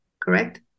correct